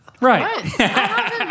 Right